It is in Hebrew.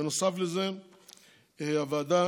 בנוסף, הוועדה